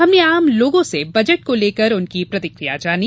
हमने आम लोगों से बजट को लेकर उनकी प्रतिकिया जानी